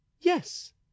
yes